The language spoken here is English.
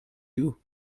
you